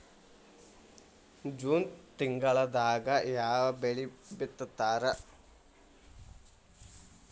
June ತಿಂಗಳದಾಗ ಯಾವ ಬೆಳಿ ಬಿತ್ತತಾರ?